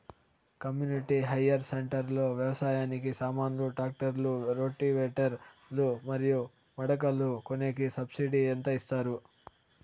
community hire centre లో వ్యవసాయానికి సామాన్లు ట్రాక్టర్లు రోటివేటర్ లు మరియు మడకలు కొనేకి సబ్సిడి ఎంత ఇస్తారు